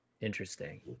Interesting